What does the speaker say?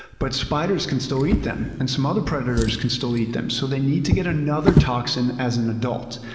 but spiders can still eat them, and some other predators can still eat them. so they need to get another toxin as an adult.